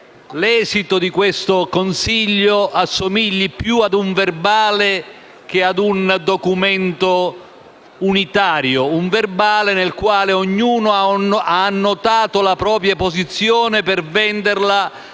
l'esito di questo vertice assomigli più a un verbale che a un documento unitario; un verbale nel quale ognuno ha annotato la propria posizione per venderla